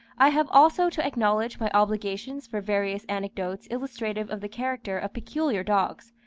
i have also to acknowledge my obligations for various anecdotes illustrative of the character of peculiar dogs,